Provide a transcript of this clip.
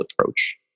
approach